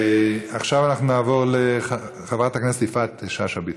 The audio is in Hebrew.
עכשיו אנחנו נעבור לחברת הכנסת יפעת שאשא ביטון.